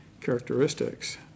characteristics